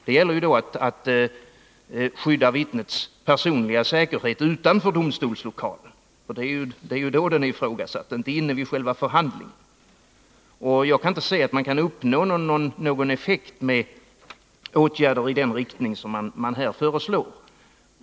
Det gäller då vittnets personliga säkerhet utanför domstols i offentligheten vid vittnesförhör lokalen — det är då den är ifrågasatt, inte vid själva förhandlingarna. Jag kan inte se att man kan uppnå någon effekt med åtgärder i den riktning som här föreslås.